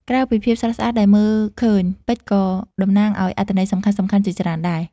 ក្រៅពីភាពស្រស់ស្អាតដែលមើលឃើញ ពេជ្រក៏តំណាងឲ្យអត្ថន័យសំខាន់ៗជាច្រើនដែរ។